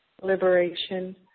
liberation